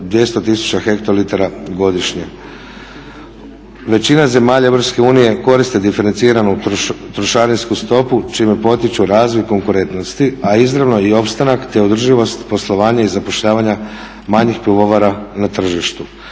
200 tisuća hektolitara godišnje. Većina zemalja Europske unije koriste diferenciranu trošarinsku stopu čime potiču razvoj konkurentnosti a izravno i opstanak te održivost poslovanja i zapošljavanja manjih pivovara na tržištu.